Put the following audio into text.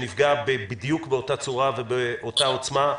שנפגע בדיוק באותה צורה ובאותה עוצמה,